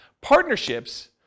Partnerships